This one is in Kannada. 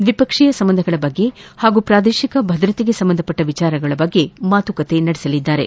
ದ್ವಿಪಕ್ಷೀಯ ಸಂಬಂಧಗಳ ಬಗ್ಗೆ ಹಾಗೂ ಪ್ರಾದೇಶಿಕ ಭದ್ರತೆಗೆ ಸಂಬಂಧಿಸಿದ ವಿಚಾರಗಳ ಬಗ್ಗೆ ಮಾತುಕತೆ ನಡೆಸಲಿದ್ದಾರೆ